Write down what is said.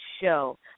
show